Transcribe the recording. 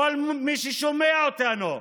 כל מי ששומע אותנו,